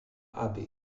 abe